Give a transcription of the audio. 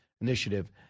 Initiative